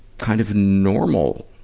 kind of normal?